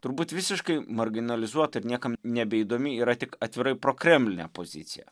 turbūt visiškai marginalizuota ir niekam nebeįdomi yra tik atvirai prokremlinė pozicija